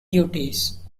duties